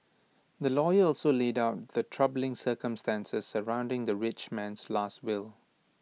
the lawyer also laid out the troubling circumstances surrounding the rich man's Last Will